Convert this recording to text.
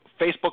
Facebook